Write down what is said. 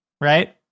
Right